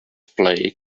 plague